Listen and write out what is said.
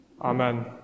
Amen